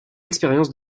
expérience